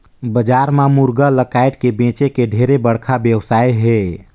बजार म मुरगा ल कायट के बेंचे के ढेरे बड़खा बेवसाय हे